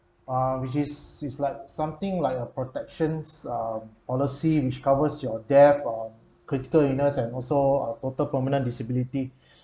err which is is like something like a protection uh policy which covers your death ah critical illness and also uh total permanent disability